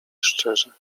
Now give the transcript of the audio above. szczerze